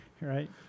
Right